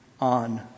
on